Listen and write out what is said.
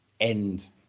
end